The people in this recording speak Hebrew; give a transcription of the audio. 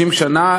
את 30 השנים,